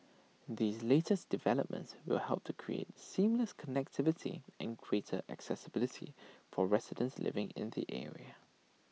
these latest developments will help to create seamless connectivity and greater accessibility for residents living in the area